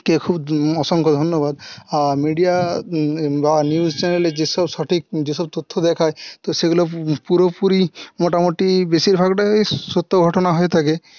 কে খুব অসংখ্য ধন্যবাদ মিডিয়া বা নিউজ চ্যানেলে যে সব সঠিক যে সব তথ্য দেখায় তো সেগুলো পুরোপুরি মোটামুটি বেশিরভাগটাই সত্য ঘটনা হয়ে থাকে